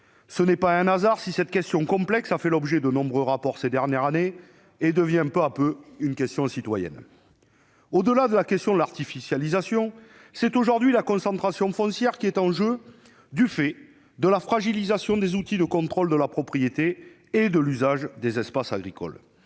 Ce n'est pas un hasard si ce sujet complexe a fait l'objet de nombreux rapports ces dernières années et devient peu à peu une préoccupation citoyenne. Au-delà de la question de l'artificialisation, c'est aujourd'hui la concentration foncière qui est en jeu du fait de la fragilisation des outils de contrôle de la propriété et de l'usage des espaces agricoles.